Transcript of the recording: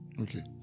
okay